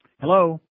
Hello